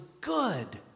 good